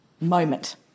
moment